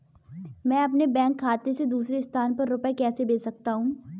मैं अपने बैंक खाते से दूसरे स्थान पर रुपए कैसे भेज सकता हूँ?